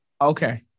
okay